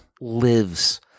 lives